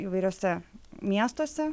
įvairiuose miestuose